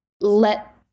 let